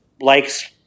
likes